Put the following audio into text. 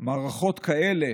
מערכות כאלה